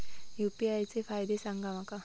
UPI चे फायदे सांगा माका?